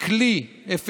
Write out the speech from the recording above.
למשרד הבריאות כלי אפקטיבי